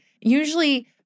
Usually